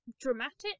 dramatic